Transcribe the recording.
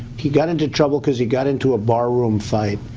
he got into trouble because he got into a barroom fight,